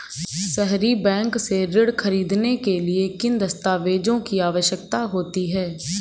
सहरी बैंक से ऋण ख़रीदने के लिए किन दस्तावेजों की आवश्यकता होती है?